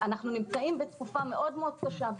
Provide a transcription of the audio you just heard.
אנחנו נמצאים בתקופה מאוד קשה.